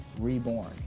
reborn